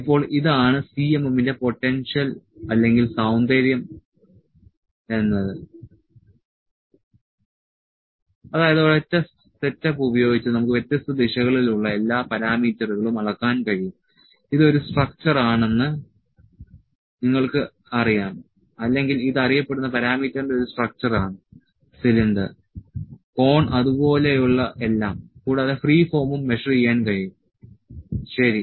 ഇപ്പോൾ ഇതാണ് CMM ന്റെ പൊട്ടൻഷ്യൽ അല്ലെങ്കിൽ സൌന്ദര്യം എന്നത് അതായത് ഒരൊറ്റ സെറ്റപ്പ് ഉപയോഗിച്ച് നമുക്ക് വ്യത്യസ്ത ദിശകളിൽ ഉള്ള എല്ലാ പാരാമീറ്ററുകളും അളക്കാൻ കഴിയും ഇതൊരു സ്ട്രക്ച്ചർ ആണെന്ന് നിങ്ങൾക്കറിയാം അല്ലെങ്കിൽ ഇത് അറിയപ്പെടുന്ന പാരാമീറ്ററിന്റെ ഒരു സ്ട്രക്ച്ചർ ആണ് സിലിണ്ടർ കോൺ അതുപോലെ ഉള്ള എല്ലാം കൂടാതെ ഫ്രീ ഫോമും മെഷർ ചെയ്യാൻ കഴിയും ശരി